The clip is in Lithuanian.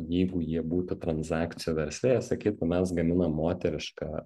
jeigu jie būtų tranzakcijo versle jei sakytų mes gaminam moterišką